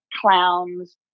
clowns